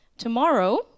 Tomorrow